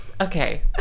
Okay